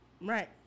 Right